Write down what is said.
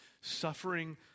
suffering